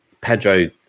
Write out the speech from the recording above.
Pedro